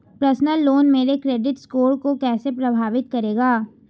Personal loan मेरे credit score को कैसे प्रभावित करेगा?